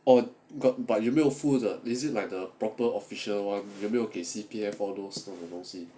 oh got but 有没有付的 is it like the proper official while 有没有给 C_P_F all those 那种东西